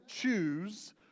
choose